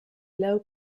low